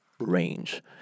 range